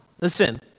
Listen